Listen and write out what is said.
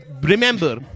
Remember